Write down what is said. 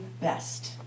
best